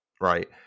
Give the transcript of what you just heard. right